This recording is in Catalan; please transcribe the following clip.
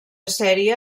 sèrie